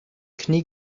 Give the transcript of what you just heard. knie